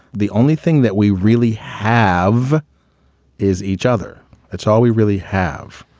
the only thing that we really have is each other that's all we really have.